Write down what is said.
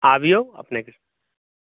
आबियौ अपने